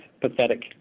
Pathetic